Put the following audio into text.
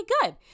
good